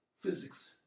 physics